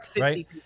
right